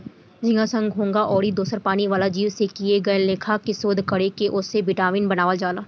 झींगा, संख, घोघा आउर दोसर पानी वाला जीव से कए लेखा के शोध कर के ओसे विटामिन बनावल जाला